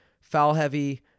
foul-heavy